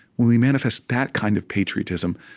when we manifest that kind of patriotism,